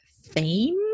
theme